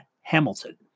Hamilton